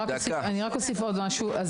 רק אוסיף עוד משהו.